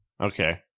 Okay